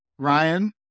Ryan